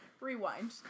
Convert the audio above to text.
Rewind